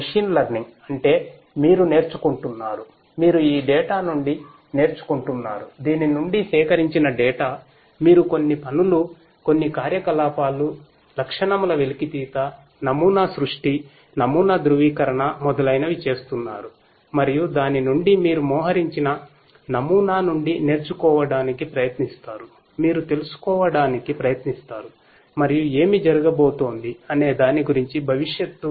machine learning అంటే మీరు నేర్చుకుంటున్నారు మీరు ఈ డేటా మీరు కొన్ని పనులు కొన్ని కార్యకలాపాలు లక్షణముల వెలికితీత నమూనా సృష్టి నమూనా ధ్రువీకరణ మొదలైనవి చేస్తున్నారు మరియు దాని నుండి మీరు మోహరించిన నమూనా నుండి నేర్చుకోవడానికి ప్రయత్నిస్తారు మీరు తెలుసుకోవడానికి ప్రయత్నిస్తారు మరియు ఏమి జరగబోతోంది అనే దాని గురించి భవిష్యత్తు